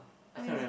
oh is